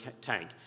tank